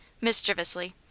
mischievously